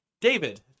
David